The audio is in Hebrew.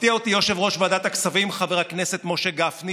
מפתיע אותי יושב-ראש ועדת הכספים חבר הכנסת משה גפני,